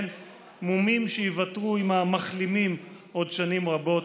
מומים שייוותרו עם המחלימים עוד שנים רבות.